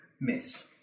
miss